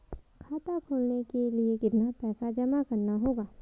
खाता खोलने के लिये कितना पैसा जमा करना होगा?